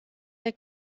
der